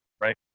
right